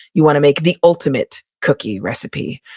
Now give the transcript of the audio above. you wanna make the ultimate cookie recipe.